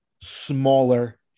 smaller